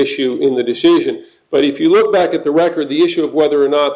issue in the decision but if you look back at the record the issue of whether or not